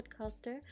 podcaster